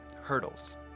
hurdles